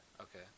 Okay